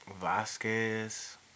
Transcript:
Vasquez